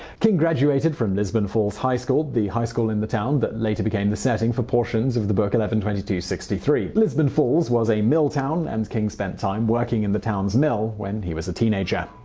king graduated from lisbon falls high school, the high school in the town that later became the setting for portions of the book eleven twenty two sixty three. lisbon falls was a milltown, and king spent time working in the town's mill when he was a teenager.